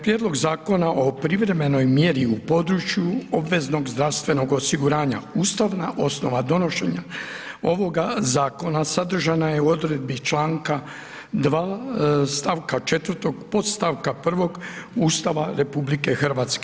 Prijedlog Zakona o privremenoj mjeri u području obveznog zdravstvenog osiguranja, ustavna osnova, donošenja ovoga zakona sadržana je u odredbi čl. 2.s takva 4, podstavka 1 Ustava RH.